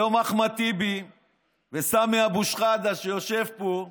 היום אחמד טיבי וסמי אבו שחאדה, שיושב פה,